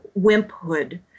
wimphood